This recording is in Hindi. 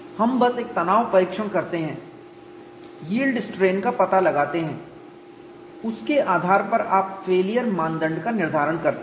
हम बस एक तनाव परीक्षण करते हैं यील्ड स्ट्रेन का पता लगाते हैं उसके आधार पर आप फेलियर मानदंड का निर्धारण करते हैं